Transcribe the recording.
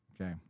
okay